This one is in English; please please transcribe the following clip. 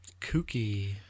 Kooky